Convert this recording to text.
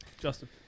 Justin